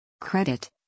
Credit